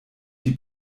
die